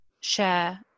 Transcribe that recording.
share